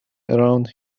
around